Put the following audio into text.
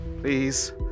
please